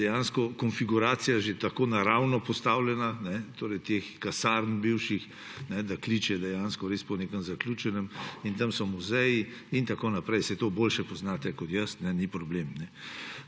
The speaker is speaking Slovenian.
dejansko konfiguracija že tako naravno postavljena, torej teh kasarn bivših, da kliče dejansko res po nekem zaključenem … In tam so muzeji in tako naprej. Saj to boljše poznate kot jaz, ni problem.